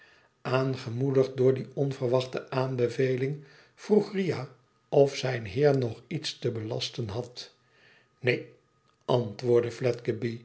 aangemoedigd door die onverwachte aanbevelmg vroeg riah of zijn heer nog iets te belasten had neen antwoordde